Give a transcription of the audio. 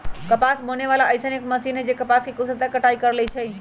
कपास बीने वाला अइसन एक मशीन है जे कपास के कुशलता से कटाई कर लेई छई